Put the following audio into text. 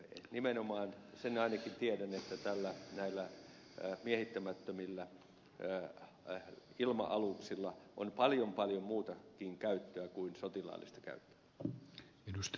nimenomaan sen ainakin tiedän että näillä miehittämättömillä ilma aluksilla on paljon paljon muutakin käyttöä kuin sotilaallista käyttöä